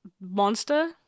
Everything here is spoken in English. monster